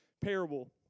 parable